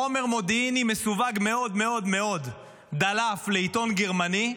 חומר מודיעיני מסווג מאוד מאוד דלף לעיתון גרמני,